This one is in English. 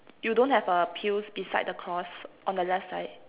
you don't have uh pills beside the cross on the left side